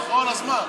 נכון, אז מה?